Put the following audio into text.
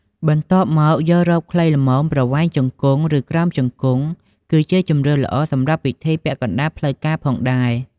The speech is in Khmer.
បន្ទាប់មកយករ៉ូបខ្លីល្មមប្រវែងជង្គង់ ឬក្រោមជង្គង់ គឺជាជម្រើសល្អសម្រាប់ពិធីពាក់កណ្តាលផ្លូវការផងដែរ។